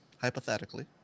Hypothetically